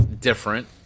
different